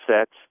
sets